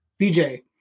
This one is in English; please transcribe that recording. BJ